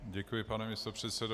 Děkuji, pane místopředsedo.